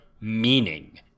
meaning